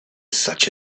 such